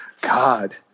God